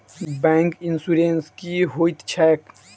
Bank insurance की होइत छैक?